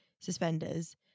suspenders